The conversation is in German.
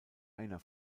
einer